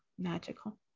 Magical